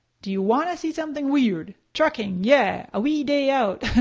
do you want to see something weird? trucking, yeah, a wee day out.